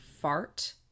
fart